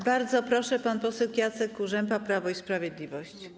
Bardzo proszę, pan poseł Jacek Kurzępa, Prawo i Sprawiedliwość.